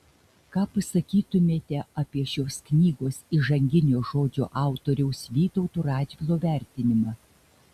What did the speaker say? ką pasakytumėte apie šios knygos įžanginio žodžio autoriaus vytauto radžvilo vertinimą